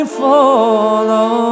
follow